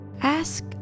ask